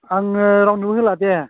आङो रावनोबो होला दे